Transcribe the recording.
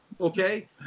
okay